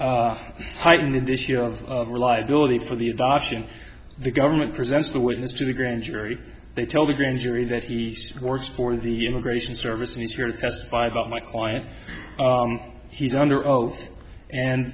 even heightened in this year of reliability for the adoption the government presents the witness to the grand jury they tell the grand jury that he scores for the immigration service and he's here to testify about my client he's under oath and